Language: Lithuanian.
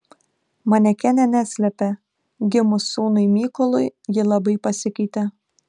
manekenė neslepia gimus sūnui mykolui ji labai pasikeitė